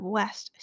West